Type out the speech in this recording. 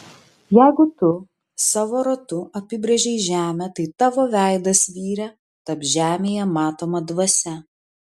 jeigu tu savo ratu apibrėžei žemę tai tavo veidas vyre taps žemėje matoma dvasia